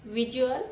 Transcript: visual